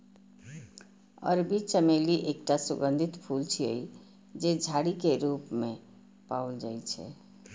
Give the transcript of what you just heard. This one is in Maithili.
अरबी चमेली एकटा सुगंधित फूल छियै, जे झाड़ी के रूप मे पाओल जाइ छै